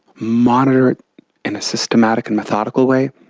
monitor it in a systematic and methodical way,